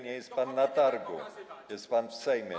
Nie jest pan na targu, jest pan w Sejmie.